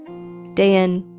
day in,